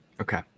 okay